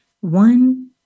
One